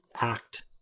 act